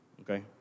Okay